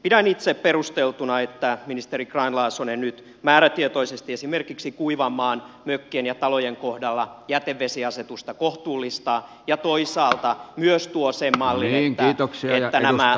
pidän itse perusteltuna että ministeri grahn laasonen nyt määrätietoisesti esimerkiksi kuivanmaan mökkien ja talojen kohdalla jätevesiasetusta kohtuullistaa ja toisaalta myös tuo sen mallin että nämä remonttien yhteydessä tehtäisiin valmiiksi